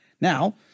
Now